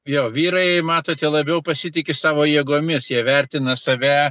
jo vyrai matote labiau pasitiki savo jėgomis jie vertina save